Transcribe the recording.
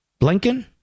Blinken